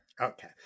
Okay